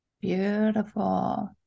Beautiful